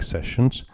Sessions